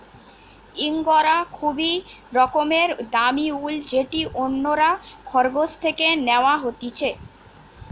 ইঙ্গরা খুবই রকমের দামি উল যেটি অন্যরা খরগোশ থেকে ন্যাওয়া হতিছে